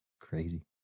crazy